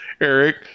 Eric